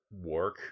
work